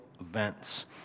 events